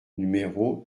numéro